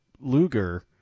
Luger